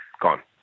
gone